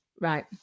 Right